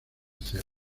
cera